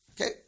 Okay